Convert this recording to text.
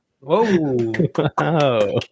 whoa